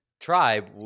Tribe